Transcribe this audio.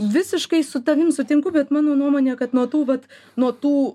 visiškai su tavim sutinku bet mano nuomone kad nuo tų vat nuo tų